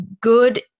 good